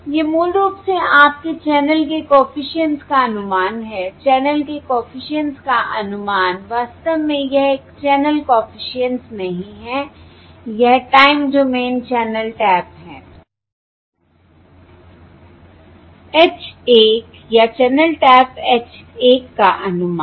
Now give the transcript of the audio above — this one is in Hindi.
यह मूल रूप से आपके चैनल के कॉफिशिएंट्स का अनुमान है चैनल के कॉफिशिएंट्स का अनुमान वास्तव में यह एक चैनल कॉफिशिएंट्स नहीं है यह टाइम डोमेन चैनल टैप है h 1 या चैनल टैप h 1 का अनुमान